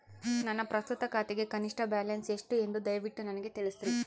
ನನ್ನ ಪ್ರಸ್ತುತ ಖಾತೆಗೆ ಕನಿಷ್ಠ ಬ್ಯಾಲೆನ್ಸ್ ಎಷ್ಟು ಎಂದು ದಯವಿಟ್ಟು ನನಗೆ ತಿಳಿಸ್ರಿ